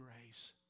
grace